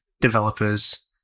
developers